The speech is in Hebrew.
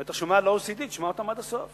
אם אתה שומע ל-OECD, תשמע אותם עד הסוף.